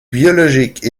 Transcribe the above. biologique